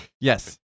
Yes